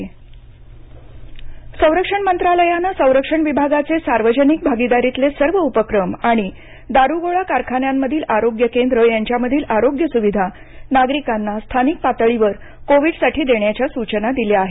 Rajnath Singh Covid संरक्षण मंत्रालयानं संरक्षण विभागाचे सार्वजनिक भागीदारीतले सर्व उपक्रम आणि दारूगोळा कारखान्यांमधील आरोग्य केंद्र यांच्यामधील आरोग्य सुविधा नागरिकांना स्थानिक पातळीवर कोविड साठी देण्याच्या सूचना दिल्या आहेत